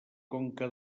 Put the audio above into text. conca